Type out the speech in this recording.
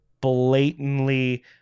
blatantly